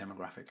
demographic